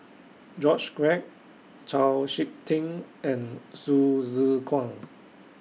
George Quek Chau Sik Ting and Hsu Tse Kwang